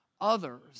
Others